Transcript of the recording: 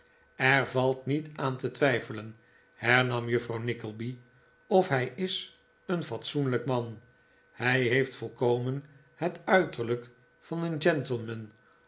er yalt niet aan te twijfelen hernam juffrouw nickleby of hij is een fatsoenlijk man hij heeft volkomen het uiterlijk van een